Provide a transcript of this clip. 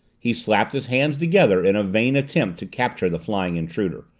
he slapped his hands together in a vain attempt to capture the flying intruder.